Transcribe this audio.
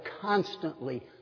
constantly